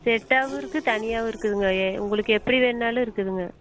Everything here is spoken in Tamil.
செட்டாவும்ருக்கு தனியாகவும் இருக்குதுங்க உங்களுக்கு எப்படி வேணுனாலும் இருக்குதுங்க